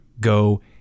go